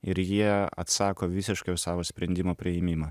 ir jie atsako visiškai už savo sprendimo priėmimą